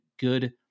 good